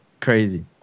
Crazy